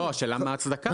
לא, השאלה מה ההצדקה?